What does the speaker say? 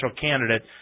candidate